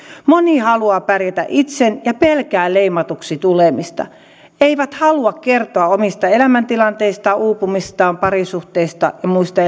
moni haluaa pärjätä itse ja pelkää leimatuksi tulemista he eivät halua kertoa omista elämäntilanteistaan uupumisistaan parisuhteistaan ja muista